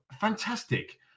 Fantastic